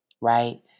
Right